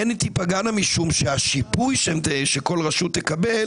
אלה תפגענה משום שהשיפוי שכל רשות תקבל